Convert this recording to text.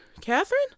Catherine